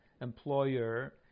employer